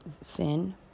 sin